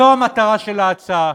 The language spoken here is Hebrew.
זו המטרה של ההצעה.